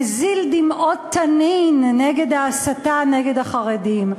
מזיל דמעות תנין על ההסתה נגד החרדים.